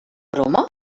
broma